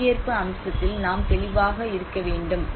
பங்கேற்பு அம்சத்தில் நாம் தெளிவாக இருக்க வேண்டும்